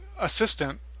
assistant